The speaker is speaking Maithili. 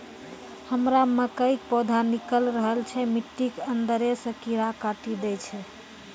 हमरा मकई के पौधा निकैल रहल छै मिट्टी के अंदरे से कीड़ा काटी दै छै?